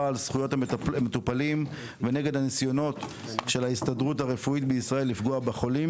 על זכויות המטופלים וכנגד הניסיונות של ההסתדרות הרפואית לפגוע בחולים,